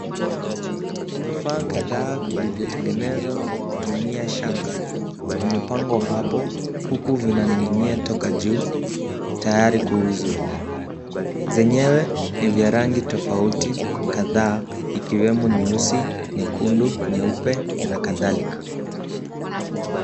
Vifaa kadhaa vilivyotengenezwa kwa kutumia shanga vimepangwa hapo huku vinaning'inia toka juu tayari kuuzwa. Zenyewe ni vya rangi tofauti kadhaa ikiwemo nyeusi, nyekundu, nyeupe na kadhalika.